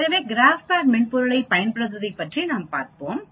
எனவே GraphPad மென்பொருளைப் பயன்படுத்துவதைப் பற்றி பார்ப்போம்